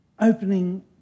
opening